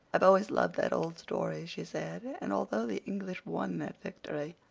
i've always loved that old story, she said, and although the english won that victory,